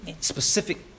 Specific